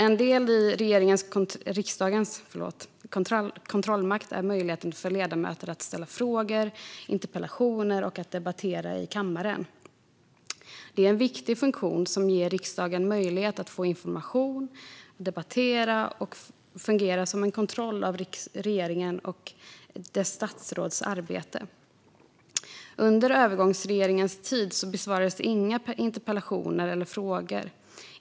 En del i riksdagens kontrollmakt är möjligheten för ledamöter att ställa frågor och interpellationer och att debattera i kammaren. Det är en viktig funktion som ger riksdagen möjlighet att få information och debatt, och det fungerar som en kontroll av regeringens och dess statsråds arbete. Under övergångsregeringens tid besvarades inga interpellationer eller frågor.